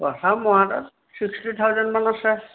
পইচা মোৰ হাতত ছিক্সটি থাউজেণ্ডমান আছে